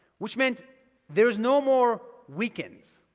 which meant there's no more weekends.